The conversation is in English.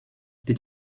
did